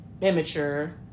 immature